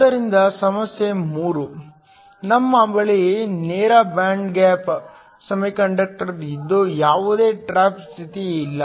ಆದ್ದರಿಂದ ಸಮಸ್ಯೆ 3 ನಮ್ಮ ಬಳಿ ನೇರ ಬ್ಯಾಂಡ್ ಗ್ಯಾಪ್ ಸೆಮಿಕಂಡಕ್ಟರ್ ಇದ್ದು ಯಾವುದೇ ಟ್ರಾಪ್ ಸ್ಥಿತಿ ಇಲ್ಲ